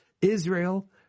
Israel